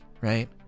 right